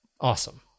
Awesome